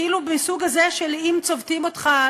כאילו הסוג הזה של: אם צובטים אותך,